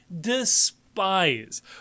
despise